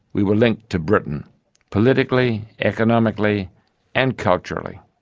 we were linked to britain politically, economically and culturally.